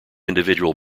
individual